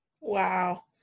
Wow